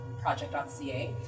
Project.ca